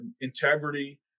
integrity